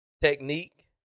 technique